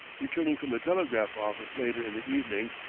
returning from the telegraph office later in the evening,